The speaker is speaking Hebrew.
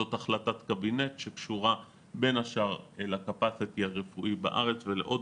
זאת החלטת קבינט שקשורה בין השאר לקפסיטי הרפואי בארץ ולעוד